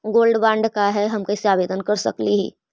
Gold bond का है, हम कैसे आवेदन कर सकली ही?